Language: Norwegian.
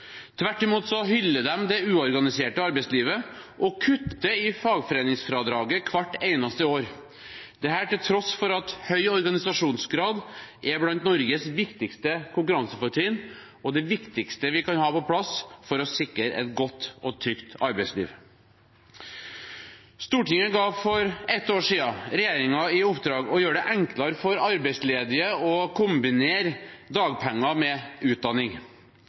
Tvert imot hyller de det uorganiserte arbeidslivet og kutter i fagforeningsfradraget hvert eneste år – dette til tross for at høy organisasjonsgrad er blant Norges viktigste konkurransefortrinn, og det viktigste vi kan ha på plass for å sikre et godt og trygt arbeidsliv. Stortinget ga for ett år siden regjeringen i oppdrag å gjøre det enklere for arbeidsledige å kombinere dagpenger med utdanning.